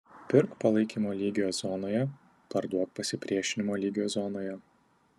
pirk palaikymo lygio zonoje parduok pasipriešinimo lygio zonoje